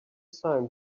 sign